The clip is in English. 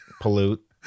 pollute